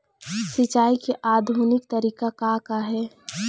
सिचाई के आधुनिक तरीका का का हे?